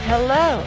Hello